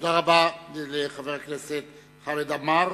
תודה רבה לחבר הכנסת חמד עמאר.